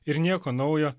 ir nieko naujo